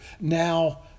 Now